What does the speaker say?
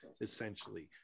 essentially